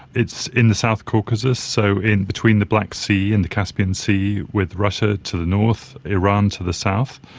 it's in the south caucasus, so in between the black sea and the caspian sea, with russia to the north, iran to the south,